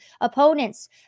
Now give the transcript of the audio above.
opponents